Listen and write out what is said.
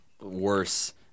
worse